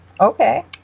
okay